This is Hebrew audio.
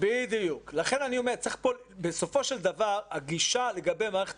לכן שבסופו של דבר הגישה לגבי מערכת